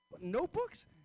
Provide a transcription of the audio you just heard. Notebooks